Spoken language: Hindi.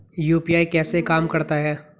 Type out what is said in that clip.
यू.पी.आई कैसे काम करता है?